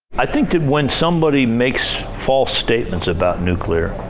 i think that when somebody makes false statements about nuclear,